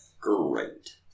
Great